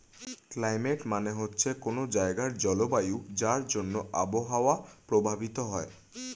climate মানে হচ্ছে কোনো জায়গার জলবায়ু যার জন্যে আবহাওয়া প্রভাবিত হয়